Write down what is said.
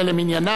נתקבל.